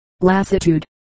lassitude